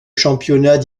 championnat